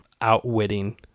outwitting